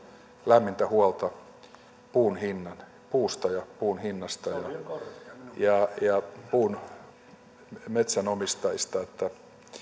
lämmintä huolta puusta ja puun hinnasta ja metsänomistajista